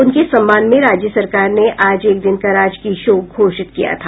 उनके सम्मान में राज्य सरकार ने आज एक दिन का राजकीय शोक घोषित किया था